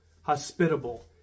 hospitable